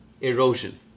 Erosion